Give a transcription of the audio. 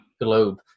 globe